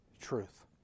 truth